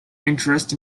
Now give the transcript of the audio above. interest